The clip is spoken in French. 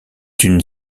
une